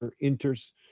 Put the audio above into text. enters